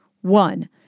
One